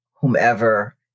whomever